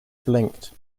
blinked